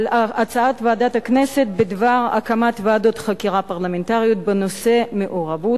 הצעת ועדת הכנסת בדבר הקמת ועדות חקירה פרלמנטריות בנושא מעורבות